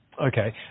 Okay